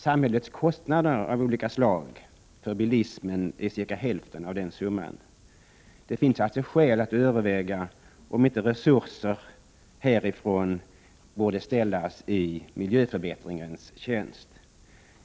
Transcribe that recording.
Samhällets kostnader för densamma är cirka hälften av den summan. Det finns alltså skäl att överväga om inte resurser härifrån borde ställas i miljöförbättringens tjänst.